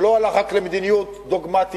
שלא הלך רק למדיניות דוגמטית,